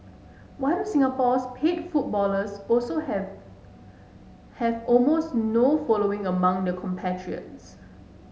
why do Singapore's paid footballers also have have almost no following among their compatriots